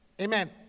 Amen